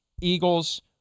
Eagles